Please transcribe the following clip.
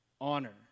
honor